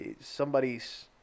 somebody's